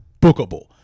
bookable